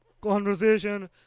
conversation